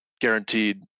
guaranteed